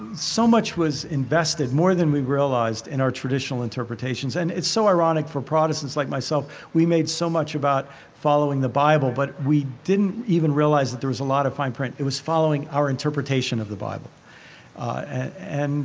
and so much was invested more than we realized in our traditional interpretations and it's so ironic for protestants like myself we made so much about following the bible, but we didn't even realize that there was a lot of fine print. it was following our interpretation of the bible and